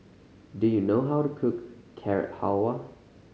do you know how to cook Carrot Halwa